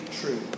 true